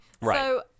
Right